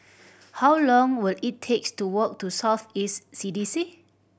how long will it takes to walk to South East C D C